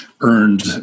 earned